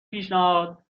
پیشنهاد